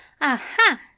Aha